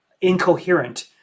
incoherent